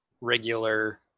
regular